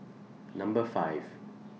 Number five